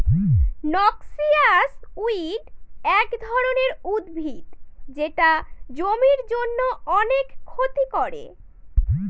noxious weed এক ধরনের উদ্ভিদ যেটা জমির জন্য অনেক ক্ষতি করে